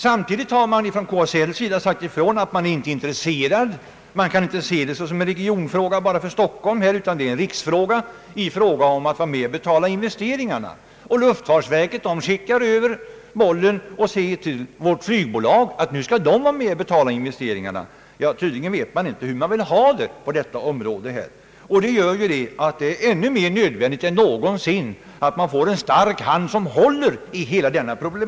Samtidigt har KSL sagt ifrån att man inte är intresserad och att man inte kan se det bara som en regionfråga i Stockholm, utan det är en riksfråga när det gäller att betala investeringarna. Luftfartsverket skickar över bollen och säger i sin tur att flygbolagen skall vara med och betala investeringarna. Tydligen vet man inte hur man vill ha det på detta område, och det gör att det är ännu mera nödvändigt än någonsin att en stark hand får hålla i dessa frågor.